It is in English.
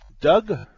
Doug